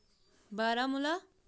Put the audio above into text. Baramulla